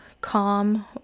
Calm